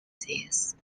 these